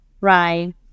right